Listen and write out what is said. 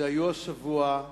שהיו השבוע,